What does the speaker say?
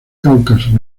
cáucaso